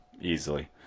easily